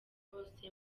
bose